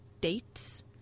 dates